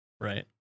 Right